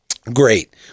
great